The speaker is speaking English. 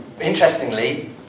interestingly